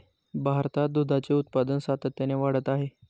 भारतात दुधाचे उत्पादन सातत्याने वाढत आहे